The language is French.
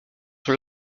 sur